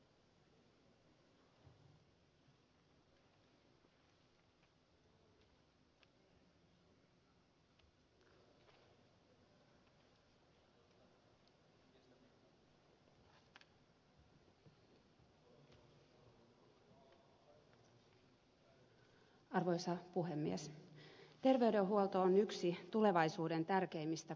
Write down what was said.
terveydenhuolto on yksi tulevaisuuden tärkeimmistä kulmakivistä